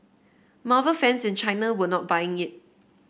marvel fans in China were not buying it